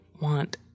want